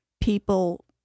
people